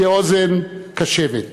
כאוזן קשבת.